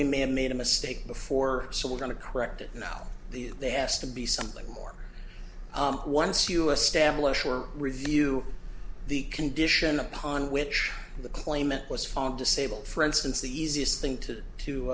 we may have made a mistake before so we're going to correct it now the they asked to be something more once you establish or review the condition upon which the claimant was found disabled for instance the easiest thing to